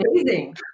amazing